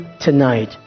tonight